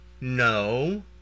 No